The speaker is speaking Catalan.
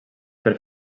per